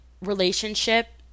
relationship